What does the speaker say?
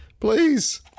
Please